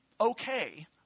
okay